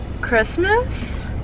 Christmas